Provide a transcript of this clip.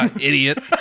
Idiot